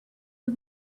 the